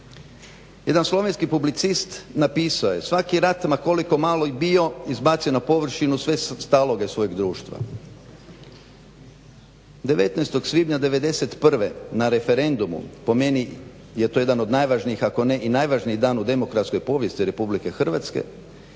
Jedan slovenski publicist napisao je: "Svaki rat ma koliko mali bio izbacio je na površinu sve s taloga svojeg društva". 19.5.'91. na referendumu po meni je to jedan od najvažnijih ako ne i najvažniji dan u demokratskoj povijesti Republike Hrvatske